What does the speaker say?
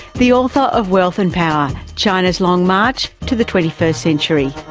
the author of wealth and power china's long march to the twenty-first century.